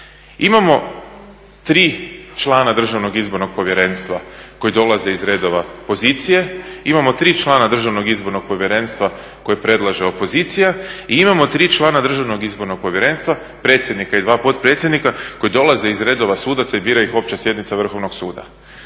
Imamo 3 člana Državnog izborno povjerenstva koji dolaze iz redova pozicije, imamo 3 člana Državnog izborno povjerenstva koje predlaže opozicija i imao 3 članova Državnog izbornog povjerenstva predsjednika i dva potpredsjednika koji dolaze iz redova sudaca i bira ih opća sjednica Vrhovnog suda.